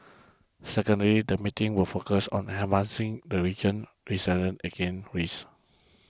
secondly the meetings will focus on enhancing the region's resilience again risks